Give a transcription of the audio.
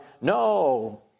no